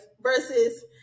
versus